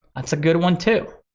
that's a good one too,